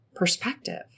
perspective